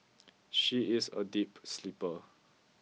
she is a deep sleeper